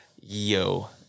yo